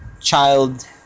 child